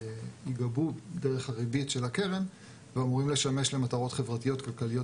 שייגבו דרך הריבית של הקרן ואמורים לשמש למטרות חברתיות כלכליות